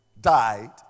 died